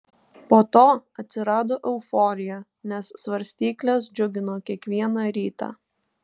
po to atsirado euforija nes svarstyklės džiugino kiekvieną rytą